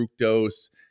fructose